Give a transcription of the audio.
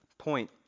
point